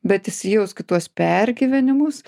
bet įsijausk į tuos pergyvenimus